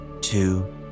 two